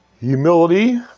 Humility